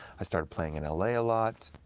i started playing in la a lot.